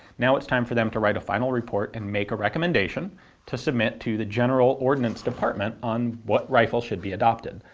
now it's time for them to write a final report and make a recommendation to submit to the general ordnance department on what rifle should be adopted.